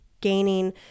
gaining